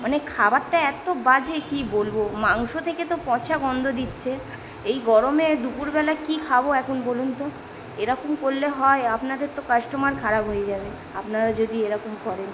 মানে খাবারটা এত বাজে কী বলব মাংস থেকে তো পচা গন্ধ দিচ্ছে এই গরমে দুপুরবেলা কী খাব এখন বলুন তো এরকম করলে হয় আপনাদের তো কাস্টমার খারাপ হয়ে যাবে আপনারা যদি এরকম করেন